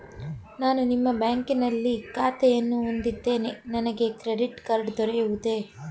ನಾನು ನಿಮ್ಮ ಬ್ಯಾಂಕಿನಲ್ಲಿ ಖಾತೆಯನ್ನು ಹೊಂದಿದ್ದೇನೆ ನನಗೆ ಕ್ರೆಡಿಟ್ ಕಾರ್ಡ್ ದೊರೆಯುವುದೇ?